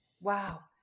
Wow